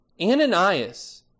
Ananias